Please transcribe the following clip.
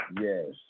Yes